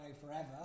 forever